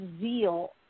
zeal